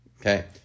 Okay